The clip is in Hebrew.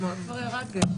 אתמול כבר ירד גשם.